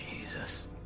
Jesus